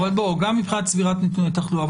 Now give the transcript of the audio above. גם מבחינת צבירת נתוני תחלואה,